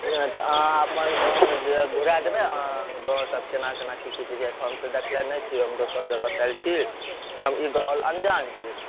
अहाँ अपन गाँव मे जे घुरा देबै गाँवसब केना केना की की छै हम देखले नहि छी हम दोसर जगह सँ आयल छी हम ई गाँवलए अन्जान छी